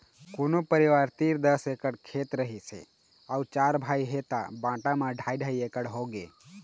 कोनो परिवार तीर दस एकड़ खेत रहिस हे अउ चार भाई हे त बांटा म ढ़ाई ढ़ाई एकड़ होगे